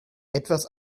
etwas